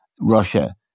Russia